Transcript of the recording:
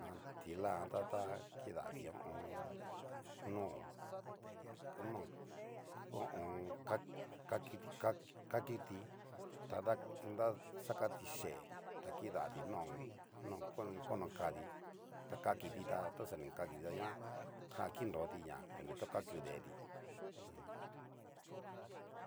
Ti'la jan ta, ta kidati no, no ho o on. ka- kaki kakiti ta da- da xakati yee takidati no- no noko noko kati ta kakiti ta toxa ni kakiti da ngua jan kinroti ña nree to ho kaku deeti aja.